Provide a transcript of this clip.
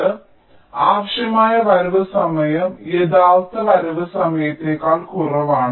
അതിനാൽ ആവശ്യമായ വരവ് സമയം യഥാർത്ഥ വരവ് സമയത്തേക്കാൾ കുറവാണ്